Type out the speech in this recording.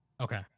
Okay